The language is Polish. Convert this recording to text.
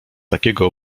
takiego